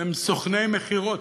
הם סוכני מכירות.